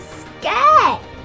scared